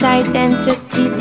identity